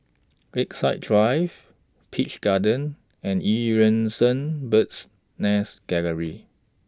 Lakeside Drive Peach Garden and EU Yan Sang Bird's Nest Gallery